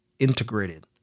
Integrated